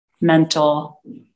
mental